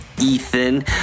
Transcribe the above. Ethan